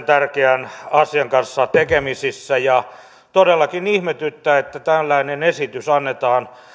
tärkeän asian kanssa tekemisissä ja todellakin ihmetyttää että tällainen esitys annetaan